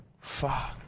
Fuck